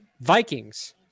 Vikings